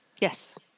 Yes